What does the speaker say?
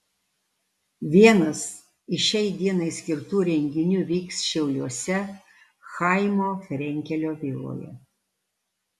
vienas iš šiai dienai skirtų renginių vyks šiauliuose chaimo frenkelio viloje